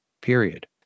period